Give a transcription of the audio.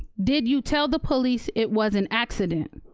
did you tell the police it was an accident?